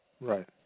Right